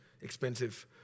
expensive